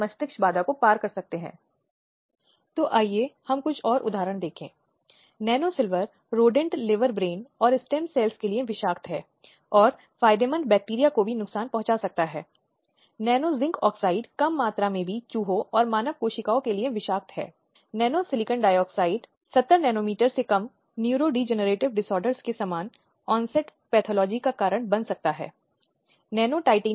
slide समय देखें 0740 इसलिए यह उन सभी व्यक्तियों के लिए आवश्यक जानकारी के लिए भी है जो इस बात से अवगत नहीं हैं कि यदि कोई समस्या या दृष्टिकोण है तो क्या कार्यस्थल पर उत्पीड़न के संबंध में या किसी अन्य स्थान पर जहां महिलाएं किसी प्रकार की हिंसा का कुछ उल्लंघन प्रकार का सामना कर रही हैं